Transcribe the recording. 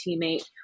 teammate